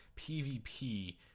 PvP